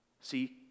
See